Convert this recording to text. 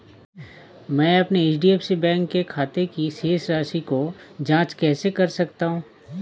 मैं अपने HDFC bank के खाते की शेष राशि की जाँच कैसे कर सकता हूँ?